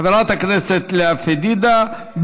חברת הכנסת לאה פדידה.